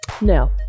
No